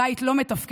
הבית לא מתפקד.